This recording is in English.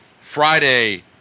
Friday